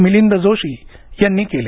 मिलिंद जोशी यांनी केले